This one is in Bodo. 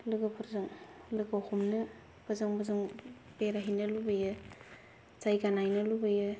लोगोफोरजों लोगो हमनो ओजों बोजों बेरायहैनो लुबैयो जायगा नायनो लुबैयो